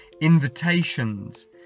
invitations